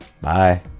Bye